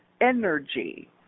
energy